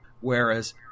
Whereas